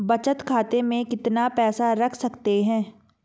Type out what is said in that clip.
बचत खाते में कितना पैसा रख सकते हैं?